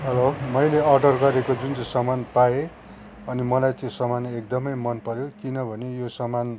hello मैले order गरेको जुन चाहिँ सामान पाएँ अनि मलाई त्यो सामान एकदमै मनपऱ्यो किनभने यो सामान